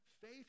faith